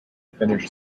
finnish